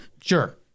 Sure